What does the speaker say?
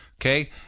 okay